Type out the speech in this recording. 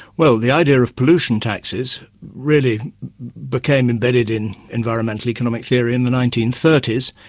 well the idea of pollution taxes really became embedded in environmental economic theory in the nineteen thirty s,